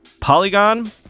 Polygon